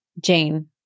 Jane